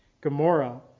Gomorrah